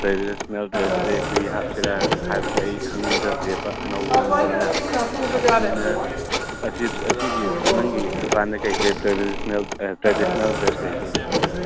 traditional ꯗ꯭ꯔꯦꯁꯁꯦ ꯀꯔꯤ ꯍꯥꯞꯁꯤꯔꯥ ꯍꯥꯏꯕꯁꯦ ꯑꯩ ꯈꯪꯖꯗ꯭ꯔꯦꯕ ꯑꯅꯧ ꯑꯃꯅꯤꯅ ꯑꯗꯨꯅ ꯑꯁꯤꯒꯤ ꯅꯪꯒꯤ ꯗꯨꯀꯥꯟꯗ ꯀꯩꯀꯩ ꯇ꯭ꯔꯦꯗꯤꯁꯟꯅꯦꯜ ꯗ꯭ꯔꯦꯁ ꯂꯩꯒꯦ